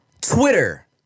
twitter